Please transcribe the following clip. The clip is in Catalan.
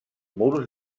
murs